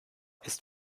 ist